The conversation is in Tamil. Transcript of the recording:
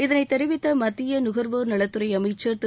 இதனை தெரிவித்த மத்திய நுகர்வோர் நலத்துறை அமைச்சர் திரு